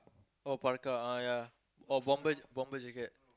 oh parka ah ya or bomber bomber jacket